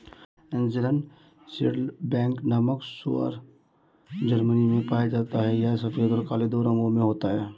Angeln saddleback नामक सूअर Germany में पाया जाता है यह सफेद और काला दो रंगों में होता है